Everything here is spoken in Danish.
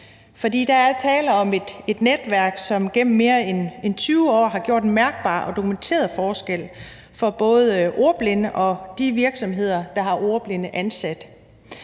der er tale om et netværk, som igennem mere end 20 år har gjort en mærkbar og dokumenteret forskel for både ordblinde og de virksomheder, der har ordblinde ansat.